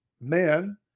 men